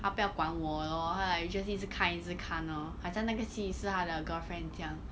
他不要管我 lor 他 like 就是一直看一直看 lor 好像那个戏是他的 girlfriend 这样 lor